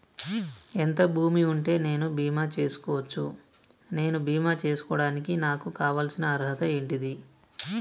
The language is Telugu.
ఎంత భూమి ఉంటే నేను బీమా చేసుకోవచ్చు? నేను బీమా చేసుకోవడానికి నాకు కావాల్సిన అర్హత ఏంటిది?